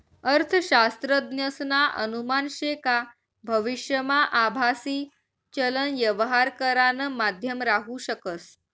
अर्थशास्त्रज्ञसना अनुमान शे का भविष्यमा आभासी चलन यवहार करानं माध्यम राहू शकस